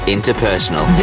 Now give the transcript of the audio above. Interpersonal